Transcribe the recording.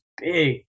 big